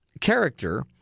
character